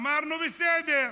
אמרנו, בסדר.